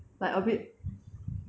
like a bit